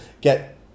get